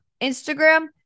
Instagram